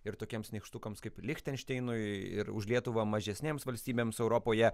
ir tokiems nykštukams kaip lichtenšteinui ir už lietuvą mažesnėms valstybėms europoje